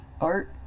Art